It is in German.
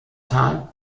tal